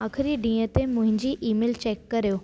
आख़िरी ॾींहं ते मुंहिंजी ईमेल चैक करियो